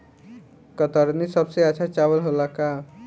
कतरनी सबसे अच्छा चावल होला का?